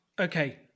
Okay